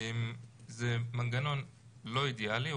זה מנגנון לא אידיאלי.